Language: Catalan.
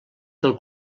del